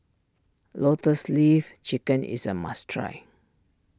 Lotus Leaf Chicken is a must try